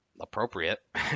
appropriate